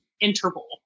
interval